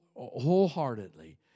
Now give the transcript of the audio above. wholeheartedly